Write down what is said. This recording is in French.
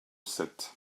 sept